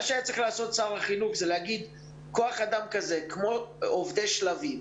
שר החינוך היה צריך להגיד שכוח-אדם כמו עובדי "שלבים",